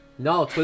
No